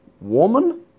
woman